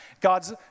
God's